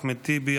אחמד טיבי,